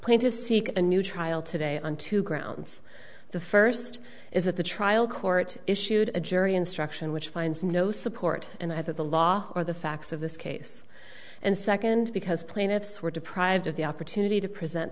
plaintiffs seek a new trial today on two grounds the first is that the trial court issued a jury instruction which finds no support in either the law or the facts of this case and second because plaintiffs were deprived of the opportunity to present